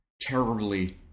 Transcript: terribly